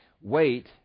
wait